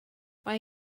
mae